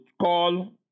call